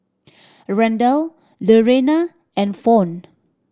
Randal Lurena and Fawn